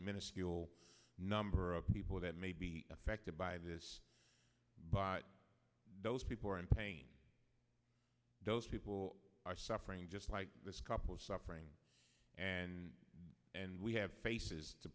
minuscule number of people that may be affected by this but those people are in pain those people are suffering just like this couple suffering and and we have faces to